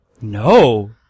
No